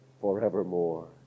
forevermore